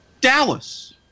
Dallas